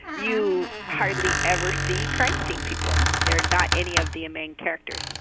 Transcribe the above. you hardly ever see crime scene people. they're not any of the main characters.